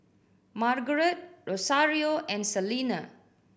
Margarett Rosario and Salena